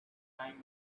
time